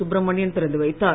சுப்ரமணியன் திறந்து வைத்தார்